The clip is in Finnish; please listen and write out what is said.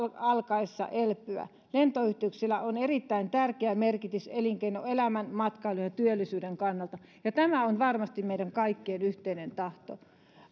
alkaessa elpyä lentoyhteyksillä on erittäin tärkeä merkitys elinkeinoelämän matkailun ja työllisyyden kannalta ja tämä on varmasti meidän kaikkien yhteinen tahto